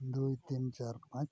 ᱫᱩᱭ ᱛᱤᱱ ᱪᱟᱨ ᱯᱟᱸᱪ